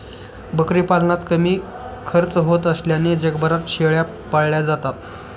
बकरी पालनात कमी खर्च होत असल्याने जगभरात शेळ्या पाळल्या जातात